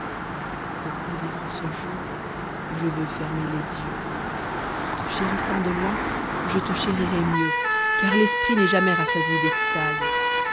pour revivre ce jour je veux fermer les yeux te chérissant de loin je te chérirai mieux car l'esprit n'est jamais rassasié d'extase